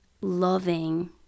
loving